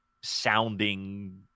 sounding